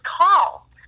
call